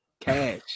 cash